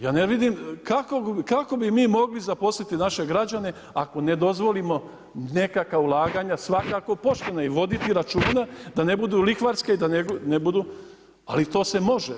Ja ne vidim kako bi mi mogli zaposliti naše građane ako ne dozvolimo nekakva ulaganja svakako pošteno i voditi računa da ne budu lihvarske i da ne budu, ali to se može.